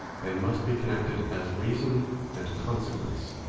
they must be connected as reason and consequence,